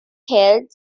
held